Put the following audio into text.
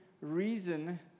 reason